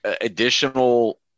additional